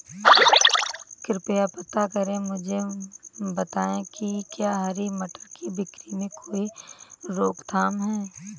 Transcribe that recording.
कृपया पता करें और मुझे बताएं कि क्या हरी मटर की बिक्री में कोई रोकथाम है?